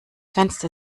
fenster